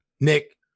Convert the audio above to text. Nick